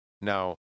Now